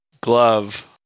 glove